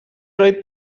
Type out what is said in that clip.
roi